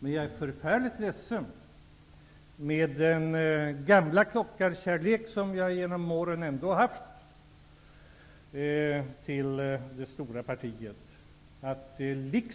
Men jag är förfärligt ledsen, med den gamla klockarkärlek som jag genom åren ändå har haft till det stora partiet, att det